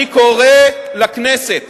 אני קורא לכנסת